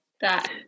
that-